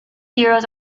zeros